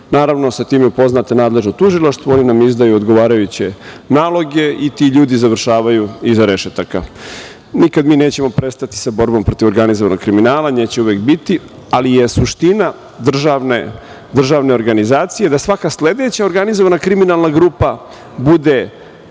naravno sa tim je upoznato nadležno tužilaštvo. Oni nam izdaju odgovarajuće naloge i ti ljudi završavaju iza rešetaka. Nikada nećemo prestati sa borbom protiv organizovanog kriminala, nje će uvek biti, ali je suština državne organizacije da svaka sledeća organizovana kriminalna grupa bude